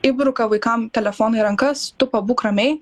įbruka vaikam telefoną į rankas tu pabūk ramiai